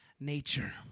nature